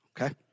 Okay